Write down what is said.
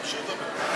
תמשיך לדבר.